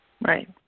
Right